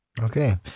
Okay